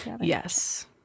Yes